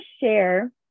share